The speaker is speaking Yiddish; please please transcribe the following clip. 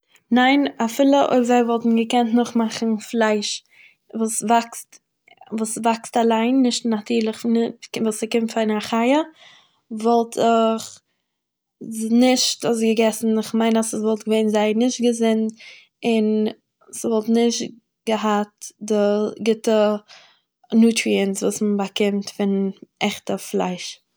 ניין, אפילו אויב זיי וואלטן געקענט נאכמאכן פלייש וואס וואקסט, וואס וואקסט אליין נישט נארטורליך, וואס ס'קומט פון א חי', וואלט איך, נישט עס געגעסן, איך מיין עס ס'וואלט געוועהן זייער נישט געזונט און ס'וואלט נישט געהאט די גוטע נוטריענטס וואס מ'באקומט פון עכטע פלייש.